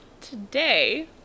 Today